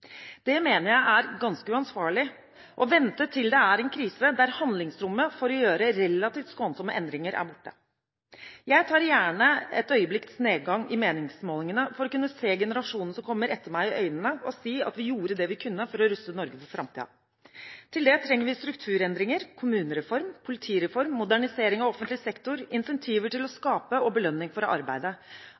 Det mener jeg er ganske uansvarlig – å vente til det er en krise, der handlingsrommet for å gjøre relativt skånsomme endringer er borte. Jeg tar gjerne et øyeblikks nedgang på meningsmålingene for å kunne se generasjonene som kommer etter meg, i øynene og si at vi gjorde det vi kunne for å ruste Norge for framtiden. Til det trenger vi strukturendringer – kommunereform, politireform, modernisering av offentlig sektor, incentiver til å skape og belønning for